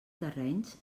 terrenys